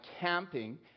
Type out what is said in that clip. camping